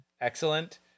excellent